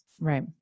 Right